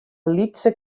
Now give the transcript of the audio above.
lytse